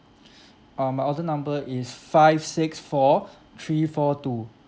uh my order number is five six four three four two